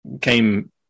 came